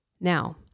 Now